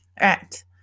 Right